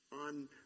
on